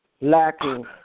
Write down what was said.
lacking